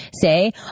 say